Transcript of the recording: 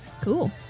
cool